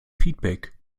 feedback